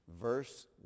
verse